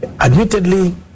Admittedly